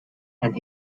and